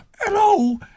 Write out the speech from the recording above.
hello